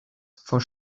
for